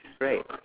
right